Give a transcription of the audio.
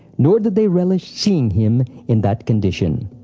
nor did they relish seeing him in that condition.